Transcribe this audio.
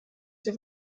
sie